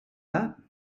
that